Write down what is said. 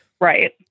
Right